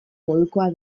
modukoa